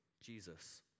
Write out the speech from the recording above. jesus